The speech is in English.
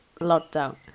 lockdown